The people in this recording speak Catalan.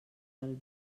del